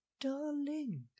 darling